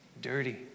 dirty